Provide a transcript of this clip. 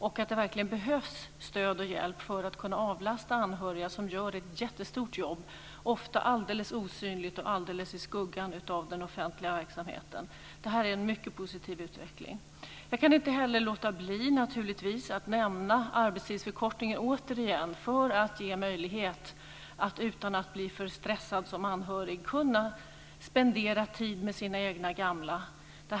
Det behövs verkligen stöd och hjälp för att man ska kunna avlasta anhöriga som gör ett jättestort jobb som ofta är alldeles osynligt i skuggan av den offentliga verksamheten. Detta är en mycket positiv utveckling. Jag kan naturligtvis inte heller låta bli att återigen nämna arbetstidsförkortningen. Den behövs för att ge möjlighet att som anhörig kunna spendera tid med sina egna gamla utan att bli för stressad.